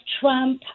Trump